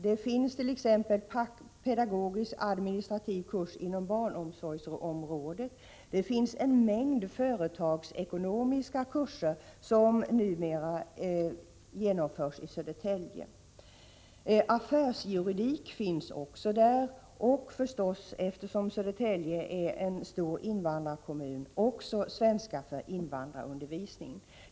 Det finns t.ex. pedagogisk-administrativa kurser inom barnomsorgsområdet och en mängd företagsekonomiska kurser som numera genomförs i Södertälje. Affärsjuridik finns också och naturligtvis — eftersom Södertälje är en stor invandrarkommun -— utbildning i svenska för invandrare.